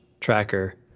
tracker